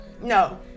No